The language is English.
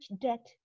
debt